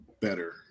better